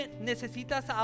Necesitas